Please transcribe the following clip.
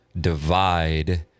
divide